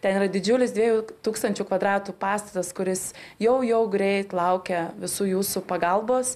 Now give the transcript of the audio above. ten yra didžiulis dviejų tūkstančių kvadratų pastatas kuris jau jau greit laukia visų jūsų pagalbos